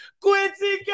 Quincy